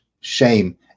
shame